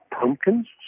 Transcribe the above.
Pumpkins